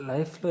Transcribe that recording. Life